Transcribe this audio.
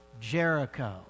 Jericho